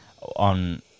On